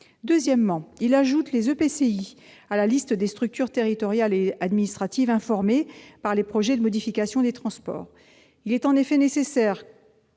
Deuxièmement, nous souhaitons ajouter les EPCI à la liste des structures territoriales et administratives informées par les projets de modification des transports. Il est en effet nécessaire